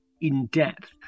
in-depth